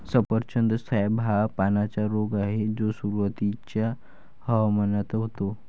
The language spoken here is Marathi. सफरचंद स्कॅब हा पानांचा रोग आहे जो सुरुवातीच्या हवामानात होतो